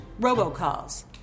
robocalls